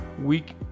week